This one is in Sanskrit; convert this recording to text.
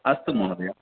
अस्तु महोदय